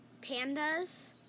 pandas